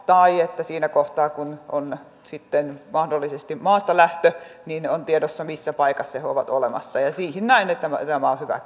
tai että siinä kohtaa kun on sitten mahdollisesti maastalähtö on tiedossa missä paikassa he he ovat olemassa niin siihen näen tämän olevan hyvä